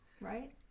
right